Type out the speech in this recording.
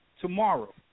tomorrow